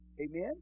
Amen